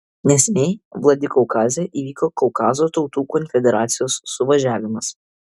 neseniai vladikaukaze įvyko kaukazo tautų konfederacijos suvažiavimas